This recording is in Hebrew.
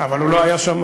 הוא לא היה שם.